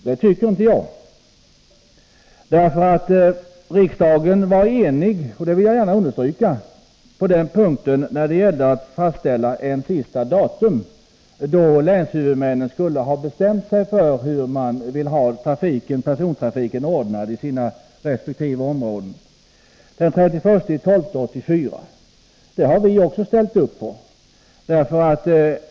Det tycker inte jag, eftersom riksdagen var enig — det vill jag gärna understryka — när det gällde att fastställa ett sista datum, den 31 december 1984, då länshuvudmännen skulle ha bestämt sig för hur de ville ha persontrafiken ordnad i sina resp. områden. Det har vi inom centern också ställt oss bakom.